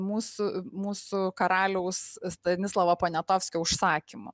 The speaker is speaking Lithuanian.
mūsų mūsų karaliaus stanislovo poniatovskio užsakymu